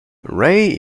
ray